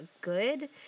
good